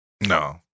No